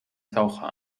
taucher